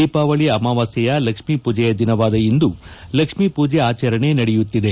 ದೀಪಾವಳಿ ಅಮಾವಾಸ್ಕೆಯ ಲಕ್ಷ್ಮೀ ಪೂಜೆಯ ದಿನವಾದ ಇಂದು ಲಕ್ಷ್ಮೀ ಮೂಜೆ ಆಚರಣೆ ನಡೆಯುತ್ತಿದೆ